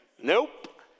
Nope